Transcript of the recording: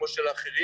כמו של האחרים,